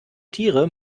tiere